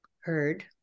heard